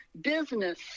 business